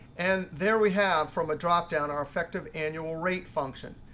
and there we have from a dropdown our effective annual rate function.